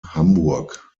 hamburg